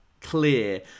clear